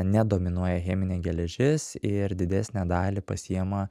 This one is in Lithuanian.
nedominuoja cheminė geležis ir didesnę dalį pasiima